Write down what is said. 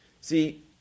See